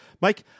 Mike